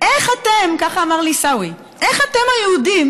איך אתם, ככה אמר לי עיסאווי, איך אתם היהודים